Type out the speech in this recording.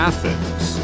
Athens